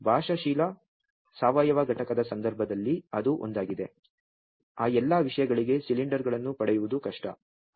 ಹೌದು ಬಾಷ್ಪಶೀಲ ಸಾವಯವ ಘಟಕದ ಸಂದರ್ಭದಲ್ಲಿ ಅದು ಒಂದಾಗಿದೆ ಆ ಎಲ್ಲಾ ವಿಷಯಗಳಿಗೆ ಸಿಲಿಂಡರ್ಗಳನ್ನು ಪಡೆಯುವುದು ಕಷ್ಟ